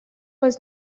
was